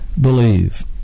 believe